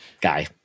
guy